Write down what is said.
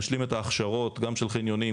נשלים את ההכשרות גם של חניונים,